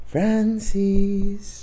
Francis